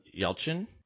Yelchin